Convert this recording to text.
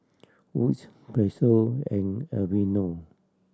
Wood's Pezzo and Aveeno